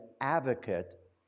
advocate